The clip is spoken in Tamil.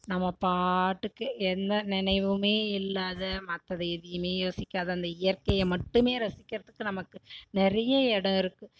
நம்ம பாட்டுக்கு எந்த நினைவுமே இல்லாத மற்றத எதையுமே யோசிக்காது அந்த இயற்கையை மட்டுமே ரசிக்கிறதுக்கு நமக்கு நிறையா இடம் இருக்குது